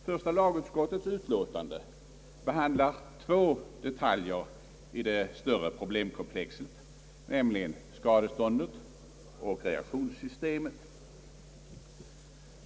Första lagutskottets utlåtande behandlar två detaljer i det större problemkomplexet, nämligen skadeståndet och reaktionssystemet.